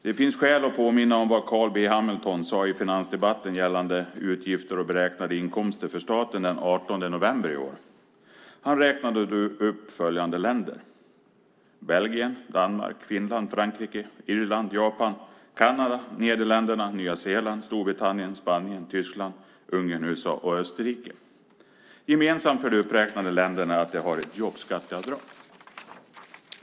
Det finns skäl att påminna om vad Carl B Hamilton sade i finansdebatten, gällande utgifter och beräknade inkomster för staten, den 18 november i år. Han räknade då upp följande länder: Belgien, Danmark, Finland, Frankrike, Irland, Japan, Kanada, Nederländerna, Nya Zeeland, Storbritannien, Spanien, Tyskland, Ungern, USA och Österrike. Gemensamt för de uppräknade länderna är att de har ett jobbskatteavdrag.